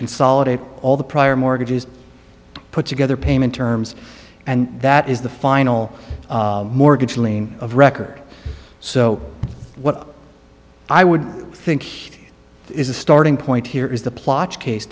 consolidate all the prior mortgages put together payment terms and that is the final mortgage lien of record so what i would think he is a starting point here is the plot case